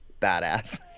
badass